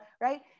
right